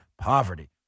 poverty